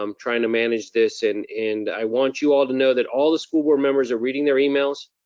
um trying to manage this, and and i want you all to know that all the school board members are reading their emails,